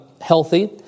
healthy